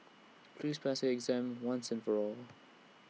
please pass your exam once and for all